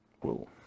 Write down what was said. Whoa